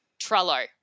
Trello